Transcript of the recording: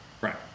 Right